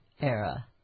era